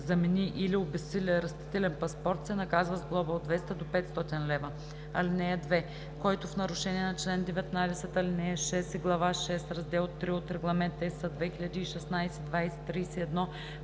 замени или обезсили растителен паспорт, се наказва с глоба от 200 до 500 лв. (2) Който в нарушение на чл. 19, ал. 6 и глава VI, раздел 3 от Регламент (ЕС) 2016/2031